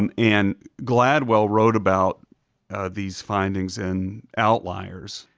um and gladwell wrote about these findings in outliers,